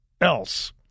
else